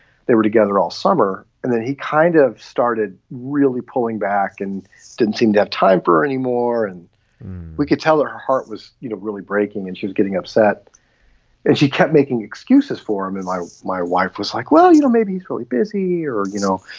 they were together all summer. and then he kind of started really pulling back and didn't seem to have time for her anymore. and we could tell her heart was you know really breaking and she was getting upset and she kept making excuses for him. and i my wife was like, well, you know, maybe he's really busy or, you know,